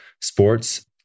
Sports